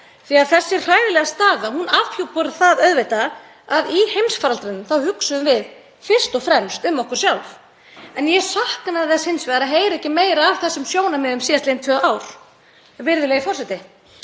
að þessi hræðilega staða afhjúpar það auðvitað að í heimsfaraldrinum hugsuðum við fyrst og fremst um okkur sjálf. En ég saknaði þess hins vegar að heyra ekki meira af þessum sjónarmiðum síðastliðin tvö ár.